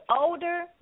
older